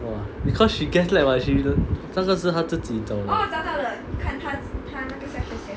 because she gaslight [what] she 当时是她自己走的